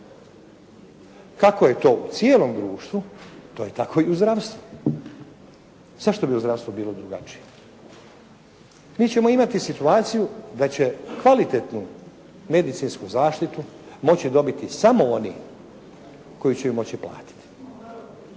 Kako je u cijelom društvu to je tako i u zdravstvu. Zašto bi u zdravstvu bilo drugačije? Mi ćemo imati situaciju da će kvalitetnu medicinsku zaštitu moći dobiti samo oni koji će ju moći platiti,